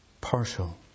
partial